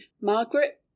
Margaret